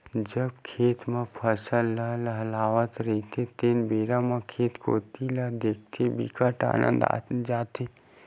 जब खेत म फसल ल लहलहावत रहिथे तेन बेरा म खेत कोती ल देखथे बिकट आनंद आ जाथे